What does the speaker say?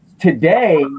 Today